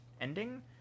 ending